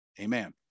Amen